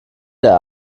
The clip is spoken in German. der